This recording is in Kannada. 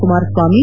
ಕುಮಾರಸ್ಲಾಮಿ